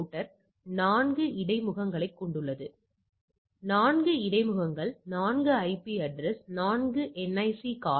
84 ஐ விட அதிகமாக பெற்றால் நான் இன்மை கருதுகோளை நிராகரிக்கிறேன்